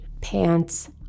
pants